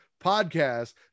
podcast